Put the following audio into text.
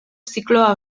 zikloa